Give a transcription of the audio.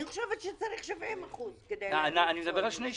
אני חושבת שצריך 70%. אני מדבר על שני שליש,